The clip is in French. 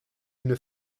une